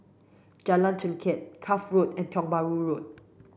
Jalan Chengkek Cuff Road and Tiong Bahru Road